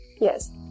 yes